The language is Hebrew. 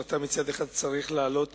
אתה מצד אחד צריך לעלות